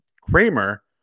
Kramer